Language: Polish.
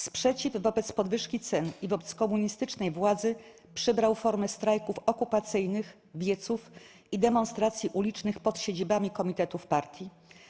Sprzeciw wobec podwyżki cen i wobec komunistycznej władzy przybrał formę strajków okupacyjnych, wieców i demonstracji ulicznych pod siedzibami komitetów partii.